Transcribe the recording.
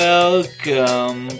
Welcome